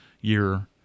year